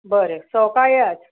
बरें सवका येयात